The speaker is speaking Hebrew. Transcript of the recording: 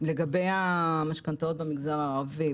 לגבי המשכנתאות במגזר הערבי,